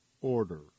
order